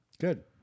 Good